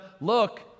look